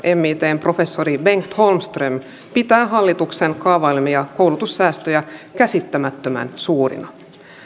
mitn professori bengt holmström pitää hallituksen kaavailemia koulutussäästöjä käsittämättömän suurina